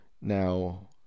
Now